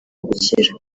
gukira